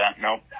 Nope